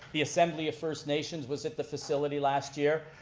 the assembly of first nations was at the facility last year.